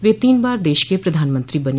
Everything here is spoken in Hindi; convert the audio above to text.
वे तीन बार देश के प्रधानमंत्री बने